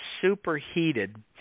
superheated